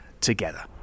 together